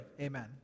Amen